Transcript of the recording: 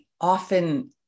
often